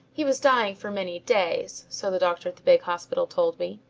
he was dying for many days, so the doctor at the big hospital told me.